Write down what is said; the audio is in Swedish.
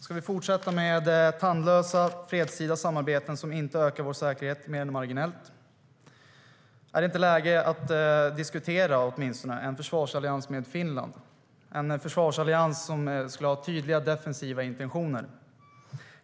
Ska vi fortsätta med tandlösa fredstida samarbeten som inte ökar vår säkerhet mer än marginellt? Är det inte läge att åtminstone diskutera en försvarsallians med Finland, en försvarsallians som skulle ha tydliga defensiva intentioner?